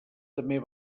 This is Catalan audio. també